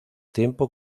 tiempo